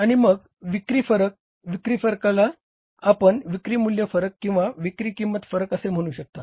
आणि मग विक्री फरक विक्री फरकाला आपण विक्री मूल्य फरक आणि विक्री किंमत फरक असे म्हणू शकता